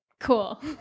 Cool